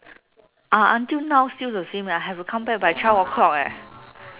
ah until now still the same leh have to come by twelve o'clock leh